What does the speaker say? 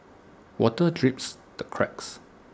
water drips the cracks